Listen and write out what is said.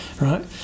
right